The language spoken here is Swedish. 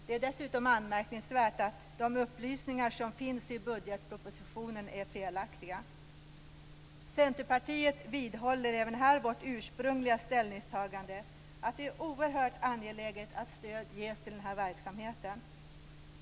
Det är dessutom anmärkningsvärt att de upplysningar som finns i budgetpropositionen är felaktiga. Centerpartiet vidhåller även här sitt ursprungliga ställningstagande att det är oerhört angeläget att stöd ges till denna verksamhet.